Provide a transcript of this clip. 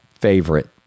favorite